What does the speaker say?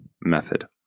method